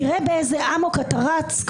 תראה באיזה אמוק אתה רץ,